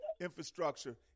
infrastructure